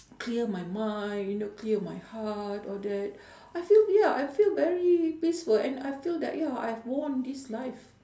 clear my mind clear my heart all that I feel ya I feel very peaceful and I feel that ya I've won this life